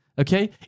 Okay